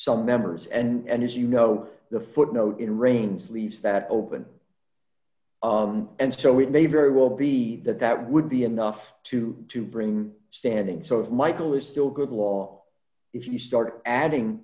some members and as you know the footnote in raines leaves that open and so it may very well be that that would be enough to to bring standing so if michael is still good law if you start adding